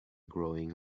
growing